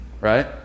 Right